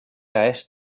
eas